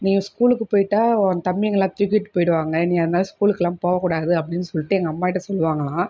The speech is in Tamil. நீ ஸ்கூலுக்கு போய்விட்டா உன் தம்பிங்களை தூக்கிட்டு போய்விடுவாங்க நீ அதனால் ஸ்கூலுக்குலாம் போகக்கூடாது அப்படினு சொல்லிட்டு எங்கள் அம்மா கிட்ட சொல்லுவாங்களாம்